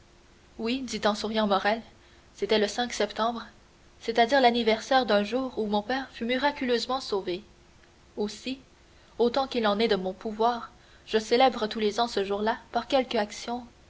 oui dit en souriant morrel c'était le septembre c'est-à-dire l'anniversaire d'un jour où mon père fut miraculeusement sauvé aussi autant qu'il est en mon pouvoir je célèbre tous les ans ce jour-là par quelque action